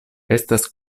estas